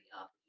up